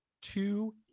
two